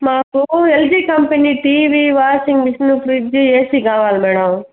మాకు LG company TV washing machine fridge AC కావాలి madam